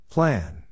Plan